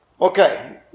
Okay